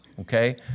okay